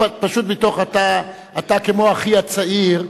פשוט מתוך זה שאתה כמו אחי הצעיר,